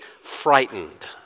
frightened